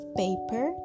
paper